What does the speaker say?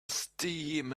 steam